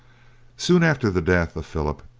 soon after the death of philip,